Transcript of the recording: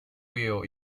wheel